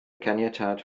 caniatâd